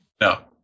No